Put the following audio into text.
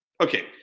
Okay